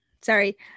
Sorry